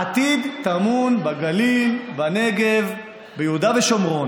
העתיד טמון בגליל, בנגב, ביהודה ושומרון.